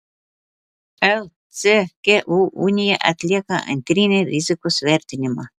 lcku unija atlieka antrinį rizikos vertinimą